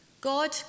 God